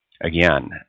again